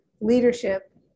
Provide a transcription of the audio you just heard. leadership